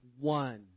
one